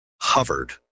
hovered